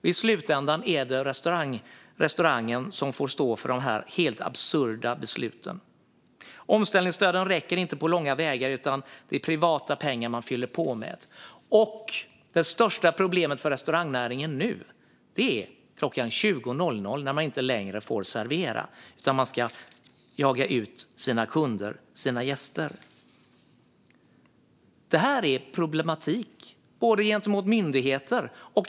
I slutänden är det restaurangägaren som får stå med konsekvenserna av de helt absurda besluten. Omställningsstöden räcker inte på långa vägar, utan man fyller på med privata pengar. Och det största problemet nu för restaurangnäringen är att man klockan 20 inte längre får servera utan ska jaga ut sina gäster. De beslut som regeringen har fattat blir problem även för myndigheter.